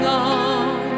on